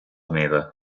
meva